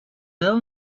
tell